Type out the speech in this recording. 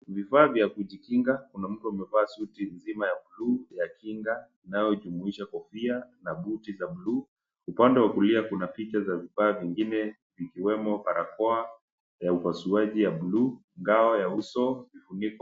Vifaa vya kujikinga, kuna mtu amevaa suti nzima ya blue , ya kinga, inayojumuisha kofia, na buti za blue , upande wa kulia kuna picha ya vifaa vingine, ikiwemo barakoa, ya upasuaji ya blue , ngao ya uso, vifuniko.